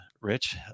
Rich